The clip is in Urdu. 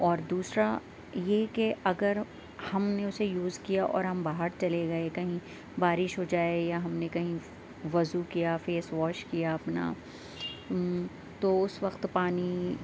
اور دوسرا یہ کہ اگر ہم نے اسے یوز کیا اور ہم باہر چلے گئے کہیں بارش ہو جائے یا ہم نے کہیں وضو کیا فیس واش کیا اپنا تو اس وقت پانی